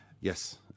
Yes